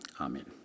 amen